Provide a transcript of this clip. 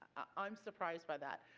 i am surprised by that.